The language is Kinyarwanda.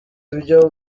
ibyo